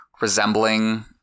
resembling